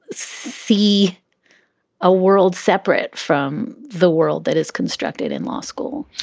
see a world separate from the world that is constructed in law school.